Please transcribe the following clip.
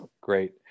Great